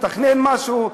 לתכנן משהו.